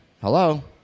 Hello